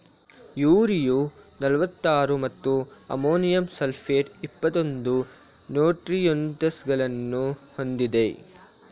urea ನಲ್ವತ್ತಾರು ಮತ್ತು ammonium sulphate ಇಪ್ಪತ್ತೊಂದು ನ್ಯೂಟ್ರಿಯೆಂಟ್ಸಗಳನ್ನು ಹೊಂದಿದೆ